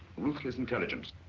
ruthless intelligence.